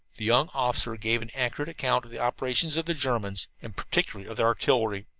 the young officer gave an accurate account of the operations of the germans, and particularly of their artillery.